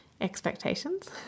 expectations